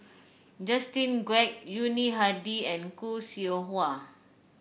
Justin Quek Yuni Hadi and Khoo Seow Hwa